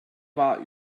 war